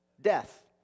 Death